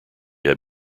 had